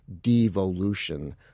devolution